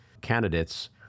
candidates